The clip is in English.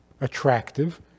attractive